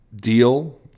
deal